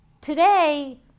today